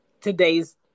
today's